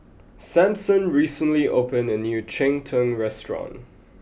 Samson recently opened a new Cheng Tng restaurant